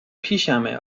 پیشمه